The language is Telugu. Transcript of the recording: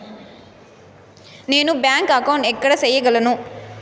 నేను బ్యాంక్ అకౌంటు ఎక్కడ సేయగలను